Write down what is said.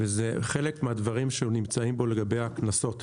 וזה חלק מהדברים שנמצאים פה לגבי הקנסות.